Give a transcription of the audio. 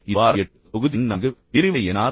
இது வாரம் 8 தொகுதி எண் 4 விரிவுரை எண் 46